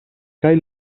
kaj